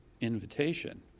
invitation